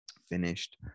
finished